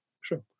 sure